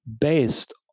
based